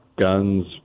guns